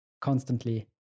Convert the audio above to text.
constantly